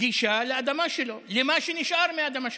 גישה לאדמה שלו, למה שנשאר מהאדמה שלו.